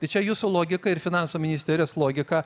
tai čia jūsų logika ir finansų ministerijos logika